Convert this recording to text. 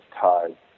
tied